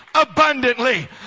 abundantly